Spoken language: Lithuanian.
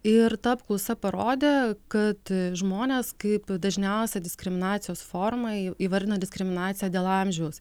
ir ta apklausa parodė kad žmonės kaip dažniausią diskriminacijos formą įvardino diskriminaciją dėl amžiaus